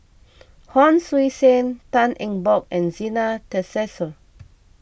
Hon Sui Sen Tan Eng Bock and Zena Tessensohn